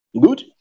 Good